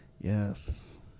Yes